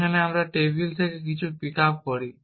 যেখানে আমরা টেবিল থেকে কিছু পিক আপ করি